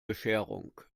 bescherung